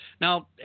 Now